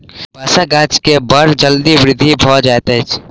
बांसक गाछ के बड़ जल्दी वृद्धि भ जाइत अछि